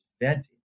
venting